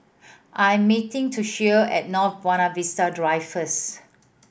I'm meeting Toshio at North Buona Vista Drive first